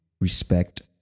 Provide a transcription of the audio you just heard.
respect